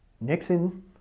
Nixon